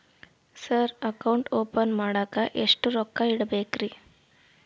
Sir account open ಮಾಡಾಕ ಎಷ್ಟು ರೊಕ್ಕ ಇಡಬೇಕ್ರಿ?